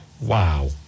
Wow